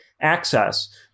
access